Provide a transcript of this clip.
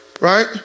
right